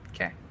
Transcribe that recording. Okay